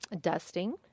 Dusting